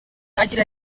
agira